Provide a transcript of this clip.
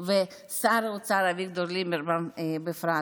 ולשר האוצר אביגדור ליברמן בפרט.